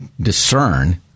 discern